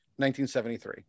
1973